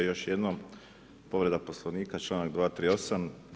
Još jednom, povreda Poslovnika, članak 238.